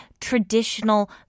traditional